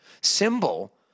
Symbol